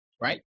right